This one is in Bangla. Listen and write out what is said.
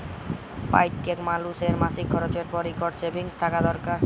প্যইত্তেক মালুসের মাসিক খরচের পর ইকট সেভিংস থ্যাকা দরকার